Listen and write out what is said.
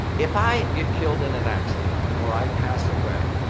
if i get killed in an accident or i pass away,